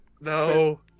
No